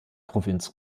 provinz